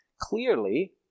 Clearly